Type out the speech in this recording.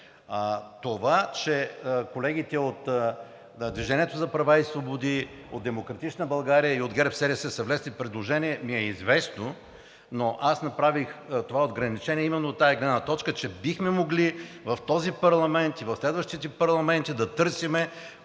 Това, че колегите от „Движение за права и свободи“, от „Демократична България“ и от ГЕРБ-СДС са внесли предложение, ми е известно, но аз направих това отграничение именно от тази гледна точка, че бихме могли в този парламент и в следващите парламенти да търсим